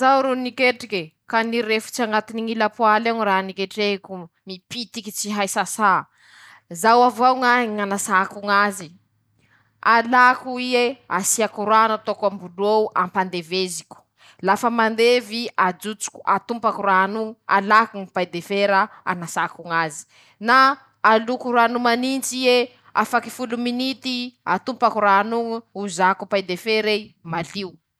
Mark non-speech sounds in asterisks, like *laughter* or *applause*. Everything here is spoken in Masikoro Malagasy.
Lafa zaho ro niketrike, ka nirefotsy añatiny ñylapoaly ao ñy raha niketrehiko, mipitiky tsy hay sasà, zao avao ñahy ñy anasako ñazy :-Alàko ie, asiako rano ataoko am-bolo eo, ampandeveziko ;lafa mandevy ajotsoko, atompako rano oñy, alako ñy paille de fera, anasako ñazy na aloko rano manintsy ie, afaky folo minity, atompako rano oñy ozako paille de fer'ey *shushes* malio.